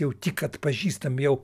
jau tik atpažįstam jau